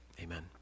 Amen